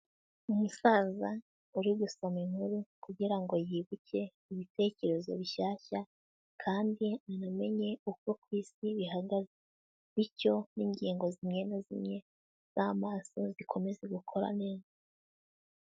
Umusaza uri gusoma inkuru kugira ngo yibuke ibitekerezo bishyashya kandi anamenye uko ku isi bihagaze; bityo n'ingingo zimwe na zimwe z'amaso zikomeze gukora neza.